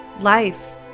life